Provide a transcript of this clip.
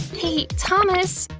hey, thomas?